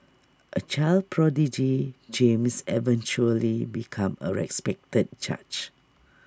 A child prodigy James eventually became A respected judge